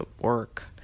work